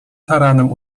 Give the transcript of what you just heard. taranem